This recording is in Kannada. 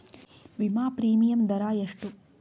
ವಿಮಾ ಪ್ರೀಮಿಯಮ್ ದರಾ ಎಷ್ಟು?